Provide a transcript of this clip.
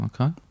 Okay